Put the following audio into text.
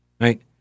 right